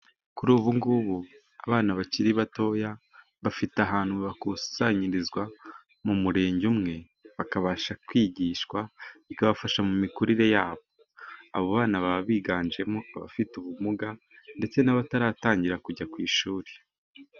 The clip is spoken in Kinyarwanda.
Kuri ubu ngubu, abana bakiri batoya bafite ahantu bakusanyirizwa mu Murenge umwe, bakabasha kwigishwa bikabafasha mu mikurire yabo, abo bana baba biganjemo abafite ubumuga ndetse n'abataratangira kujya ku ishuri.